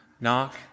knock